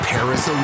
Paris